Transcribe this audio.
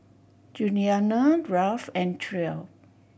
Julianna Ralph and Trae